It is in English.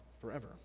forever